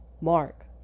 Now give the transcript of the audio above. Mark